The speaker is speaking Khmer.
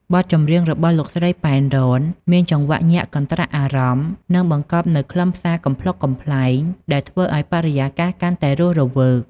បទចម្រៀងរបស់លោកស្រី ប៉ែន រ៉ន មានចង្វាក់ញាក់កន្ត្រាក់អារម្មណ៍ និងបង្កប់នូវខ្លឹមសារកំប្លុកកំប្លែង ដែលធ្វើឱ្យបរិយាកាសកាន់តែរស់រវើក។